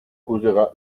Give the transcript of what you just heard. causera